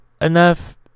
enough